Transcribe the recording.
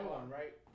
right